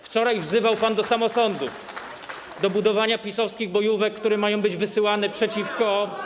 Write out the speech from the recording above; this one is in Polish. Wczoraj wzywał pan do samosądów, do budowania PiS-owskich bojówek, które mają być wysyłane przeciwko.